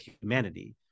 humanity